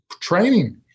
Training